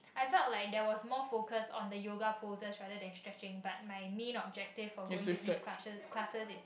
I felt like there was more focus on the yoga poses rather than stretching but my main objective for going to this classes classes is is